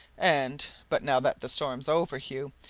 and but now that the storm's over, hugh,